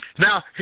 Now